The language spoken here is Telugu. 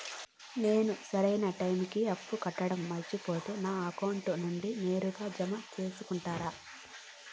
నేను సరైన టైముకి అప్పు కట్టడం మర్చిపోతే నా అకౌంట్ నుండి నేరుగా జామ సేసుకుంటారా?